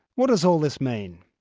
what does all this mean?